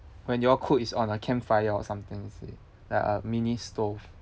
when y'all cook is on a campfire or something is it like a mini stove